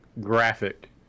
graphic